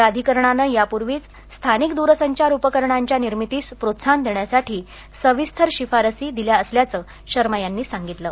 प्राधिकरणाने यापूर्वीचं स्थानिक दूरसंचार उपकरणांच्या निर्मितीस प्रोत्साहन देण्यासाठी सविस्तर शिफारसी दिल्या असल्याचं शर्मा यांनी सांगितलं आहे